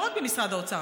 לא רק ממשרד האוצר,